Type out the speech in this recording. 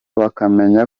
bakamenya